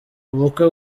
ubukwe